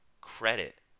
credit